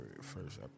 first